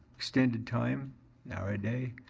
extended time, an hour a day.